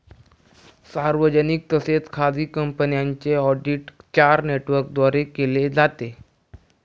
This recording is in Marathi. सार्वजनिक तसेच खाजगी कंपन्यांचे ऑडिट चार नेटवर्कद्वारे केले जाते